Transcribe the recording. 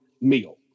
meal